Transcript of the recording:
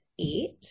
eight